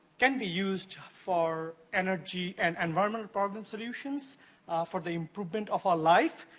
can be used for energy and environmental department solutions for the improvement of our life.